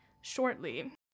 shortly